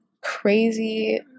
crazy